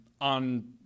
on